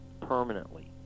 permanently